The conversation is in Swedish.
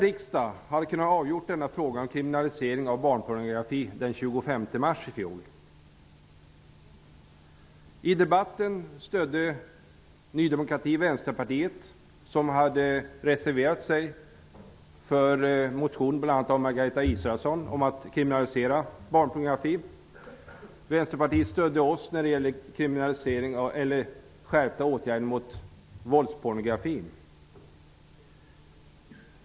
Riksdagen hade kunnat avgöra frågan om kriminalisering av barnpornografi den 25 mars i fjol. I debatten då stödde Ny demokrati Vänsterpartiet, som hade reserverat sig till förmån för en motion av bl.a. Margareta Israelsson om att kriminalisera barnpornografin. Vänsterpartiet stödde oss när det gällde skärpta åtgärder mot våldspornografi.